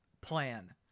plan